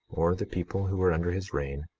or the people who were under his reign,